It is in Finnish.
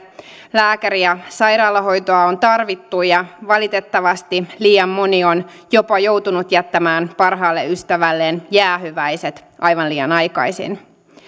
lääkäri ja sairaalahoitoa on tarvittu ja valitettavasti liian moni on jopa joutunut jättämään parhaalle ystävälleen jäähyväiset aivan liian aikaisin